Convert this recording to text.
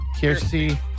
Kirsty